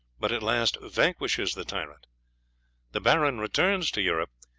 but at last vanquishes the tyrant the baron returns to europe,